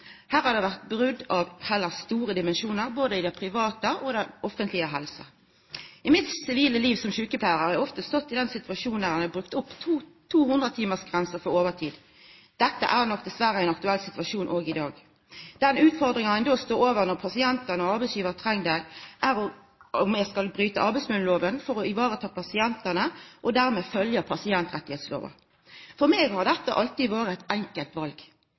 Her har det vore brot av heller store dimensjonar, både i det private og i det offentlege helsetilbodet. I det sivile livet mitt som sjukepleiar har eg ofte stått i den situasjonen at ein har brukt opp 200-timarsgrensa for overtid. Dette er nok dessverre ein aktuell situasjon òg i dag. Den utfordringa ein då står overfor når pasientane og arbeidsgjevarane treng det, er om me skal bryta arbeidsmiljølova for å ta vare på pasientane, og dermed følgja pasientrettigheitslova. For meg har dette alltid vore eit enkelt